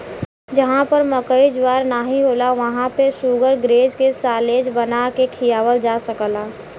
जहां पर मकई ज्वार नाहीं होला वहां पे शुगरग्रेज के साल्लेज बना के खियावल जा सकला